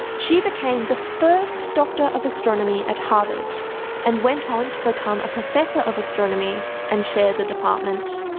she became the first doctor of astronomy at harvard and went on to become a professor of astronomy and chair the department.